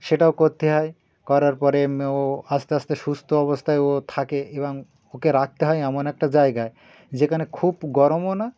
সেটাও করতে হয় করার পরে ও আস্তে আস্তে সুস্থ অবস্থায় ও থাকে এবং ওকে রাখতে হয় এমন একটা জায়গায় যেখানে খুব গরমও না